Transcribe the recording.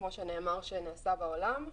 כמו שנאמר שנעשה בעולם.